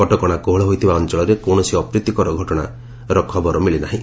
କଟକଣା କୋହଳ ହୋଇଥିବା ଅଞ୍ଚଳରେ କୌଣସି ଅପ୍ରୀତିକର ଘଟଣାର ଖବର ମିଳିନାହିଁ